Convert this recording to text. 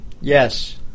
Yes